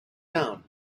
down